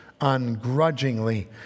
ungrudgingly